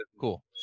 Cool